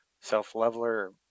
self-leveler